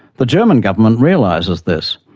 the german government realizes this,